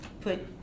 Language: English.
put